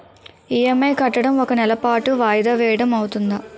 EMI కట్టడం ఒక నెల పాటు వాయిదా వేయటం అవ్తుందా?